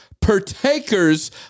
partakers